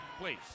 please